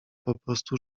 poprostu